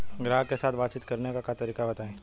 ग्राहक के साथ बातचीत करने का तरीका बताई?